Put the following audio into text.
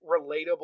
relatable